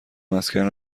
مسکن